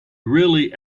really